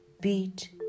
Beat